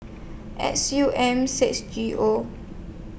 X U M six G O